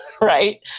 right